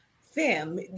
Fam